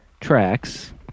tracks